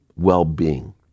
well-being